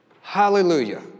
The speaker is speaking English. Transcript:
Hallelujah